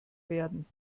werden